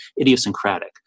idiosyncratic